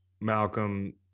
malcolm